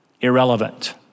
irrelevant